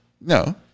No